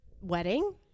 wedding